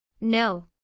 No